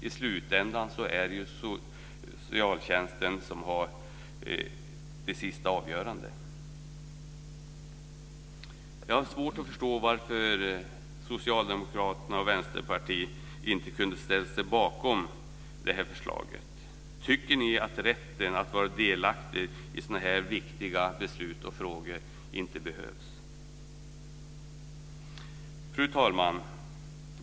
I slutänden är det ju socialtjänsten som har det sista avgörandet. Jag har svårt att förstå varför Socialdemokraterna och Vänsterpartiet inte kunde ställa sig bakom det här förslaget. Tycker ni att rätten att vara delaktig i sådana här viktiga beslut och frågor inte behövs? Fru talman!